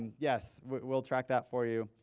yes, we'll track that for you.